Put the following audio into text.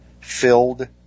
filled